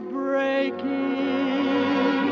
breaking